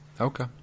Okay